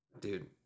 Dude